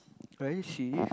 I see